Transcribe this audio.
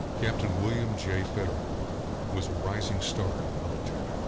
captain william j. fetterman was a rising star in the military.